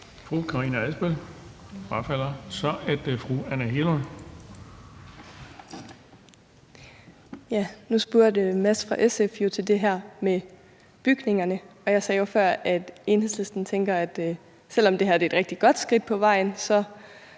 Fru Karina Adsbøl. Kl. 14:38 Anne Hegelund (EL): Nu spurgte Mads Olsen fra SF jo til det her med bygningerne, og jeg sagde før, at Enhedslisten tænker, at selv om det her er et rigtig godt skridt på vejen, ser